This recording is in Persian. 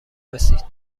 رسید